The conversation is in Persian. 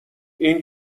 این